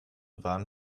waren